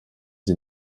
sie